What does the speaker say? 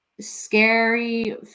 scary